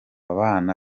barabona